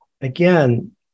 again